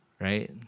right